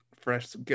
fresh